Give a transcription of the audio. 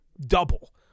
double